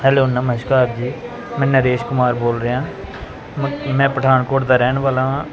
hello ਨਮਸਕਾਰ ਜੀ ਮੈਂ ਨਰੇਸ਼ ਕੁਮਾਰ ਬੋਲ ਰਿਹਾ ਮੈਂ ਪਠਾਨਕੋਟ ਦਾ ਰਹਿਣ ਵਾਲਾ ਹਾਂ